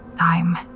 time